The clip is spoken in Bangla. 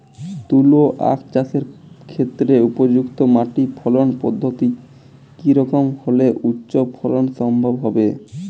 তুলো আঁখ চাষের ক্ষেত্রে উপযুক্ত মাটি ফলন পদ্ধতি কী রকম হলে উচ্চ ফলন সম্ভব হবে?